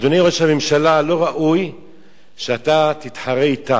אדוני ראש הממשלה, לא ראוי שתתחרה אתה.